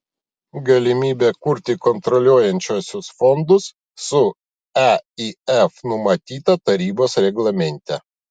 galimybė kurti kontroliuojančiuosius fondus su eif numatyta tarybos reglamente